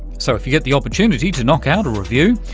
so if you get the opportunity to knock out a review,